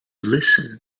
listen